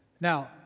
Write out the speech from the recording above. Now